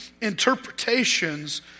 interpretations